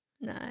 No